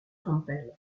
campbell